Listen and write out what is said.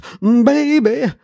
baby